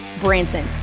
Branson